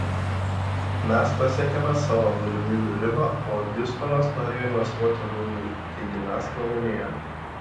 mes pasiekėme savo galimybių ribą o hjustonas norėjo investuoti daugiau taigi mes pralaimėjome